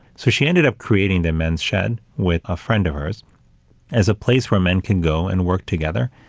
so, she ended up creating the men's shed with a friend of hers as a place where men can go and work together.